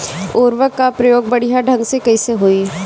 उर्वरक क प्रयोग बढ़िया ढंग से कईसे होई?